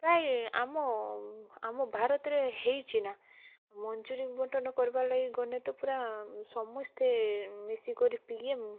କାଇଁ ଆମ ଆମ ଭାରତରେ ହେଇଛି ନା ମଞ୍ଜୁରୀ ବଣ୍ଟନ କରିବାର୍ ଲାଗି ଗଲେ ତ ପୁରା ସମସ୍ତେ ମିଶିକରି ପିଏମ୍